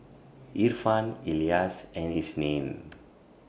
Irfan Elyas and Isnin